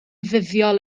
fuddiol